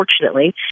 unfortunately